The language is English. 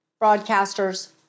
broadcasters